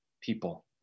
people